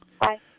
Bye